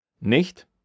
nicht